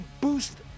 boost